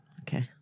Okay